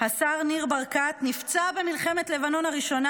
השר ניר ברקת נפצע במלחמת לבנון הראשונה